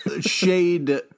shade